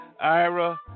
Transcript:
Ira